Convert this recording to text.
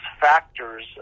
factors